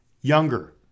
younger